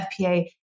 FPA